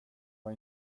var